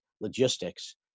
logistics